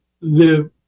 live